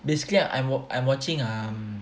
basically I'm I'm watching ah